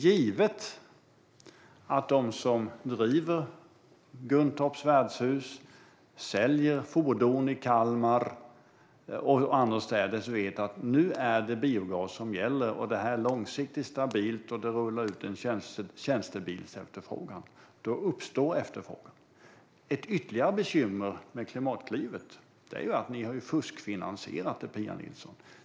Givet att de som driver Guntorps värdshus och de som säljer fordon i Kalmar och annorstädes vet att det nu är biogas som gäller, att detta är långsiktigt stabilt och att det rullar ut en tjänstebilsefterfrågan, uppstår en efterfrågan. Ett ytterligare bekymmer med Klimatklivet är att ni har fuskfinansierat det, Pia Nilsson.